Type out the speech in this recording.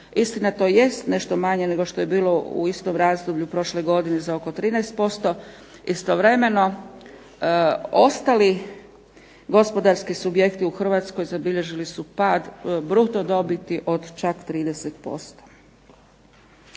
Istina, to jest nešto manje nego što je bilo u istom razdoblju prošle godine za oko 13%. Istovremeno, ostali gospodarski subjekti u Hrvatskoj zabilježili su pad bruto dobiti od čak 30%.